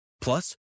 Plus